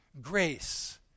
Grace